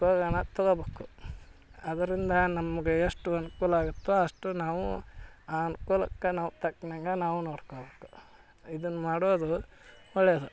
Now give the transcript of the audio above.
ಉಪಯೋಗನ ತಗೊಬೇಕು ಅದರಿಂದ ನಮಗೆ ಎಷ್ಟು ಅನುಕೂಲ ಆಗುತ್ತೋ ಅಷ್ಟು ನಾವು ಆ ಅನ್ಕೂಲಕ್ಕೆ ನಾವು ತಕ್ನಂಗೆ ನಾವು ನೋಡ್ಕೊಬೇಕು ಇದನ್ನು ಮಾಡೋದು ಒಳ್ಳೆಯದು